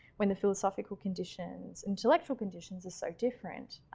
when the philosophical conditions and intellectual conditions are so different,